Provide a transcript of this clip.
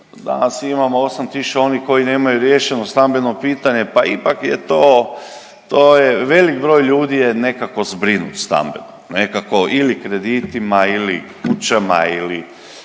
Danas imamo 8 tisuća onih koji nemaju riješeno stambeno pitanje, pa ipak je to, to je velik broj ljudi je nekako zbrinut stambeno, nekako ili kreditima ili kućama ili